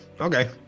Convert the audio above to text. Okay